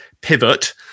pivot